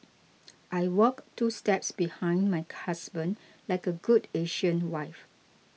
I walk two steps behind my husband like a good Asian wife